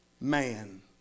man